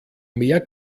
mehr